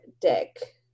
dick